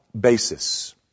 basis